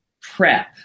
prep